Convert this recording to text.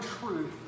truth